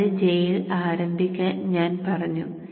4 J ൽ ആരംഭിക്കാൻ ഞാൻ പറഞ്ഞു